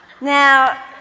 Now